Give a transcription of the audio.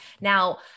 Now